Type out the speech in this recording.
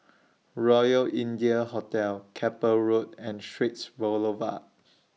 Royal India Hotel Keppel Road and Straits Boulevard